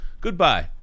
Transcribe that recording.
goodbye